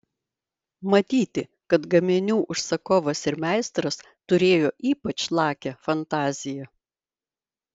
matyti kad gaminių užsakovas ir meistras turėjo ypač lakią fantaziją